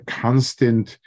constant